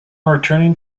returning